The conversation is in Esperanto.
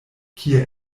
kie